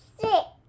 six